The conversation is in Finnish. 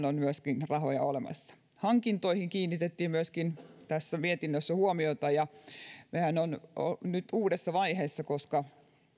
on myöskin rahoja olemassa hankintoihin kiinnitettiin myöskin tässä mietinnössä huomiota ja nehän ovat nyt uudessa vaiheessa koska